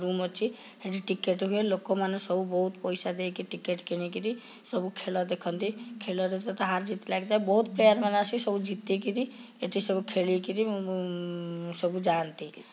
room ଅଛି ହେଠି ticket ହୁଏ ଲୋକମାନେ ସବୁ ବହୁତ ପଇସା ଦେଇକି ଟିକେଟ୍ କିଣିକିରି ସବୁ ଖେଳ ଦେଖନ୍ତି ଖେଳରେ ତ ହାରଜିତ୍ ଲାଗିଥାଏ ବହୁତ ପ୍ଲେୟାରମାନେ ଆସି ସବୁ ଜିତିକିରି ଏଠି ସବୁ ଖେଳିକିରି ସବୁ ଯାଆନ୍ତି